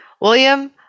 William